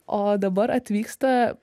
o dabar atvyksta